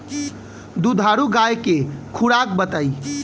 दुधारू गाय के खुराक बताई?